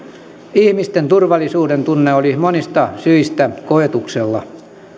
ihmisten turvallisuudentunne oli monista syistä koetuksella